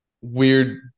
Weird